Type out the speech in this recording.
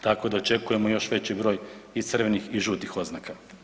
Tako da očekujemo još veći broj i crvenih i žutih oznaka.